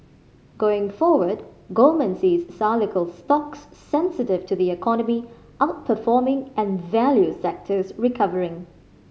going forward Goldman sees cyclical stocks sensitive to the economy outperforming and value sectors recovering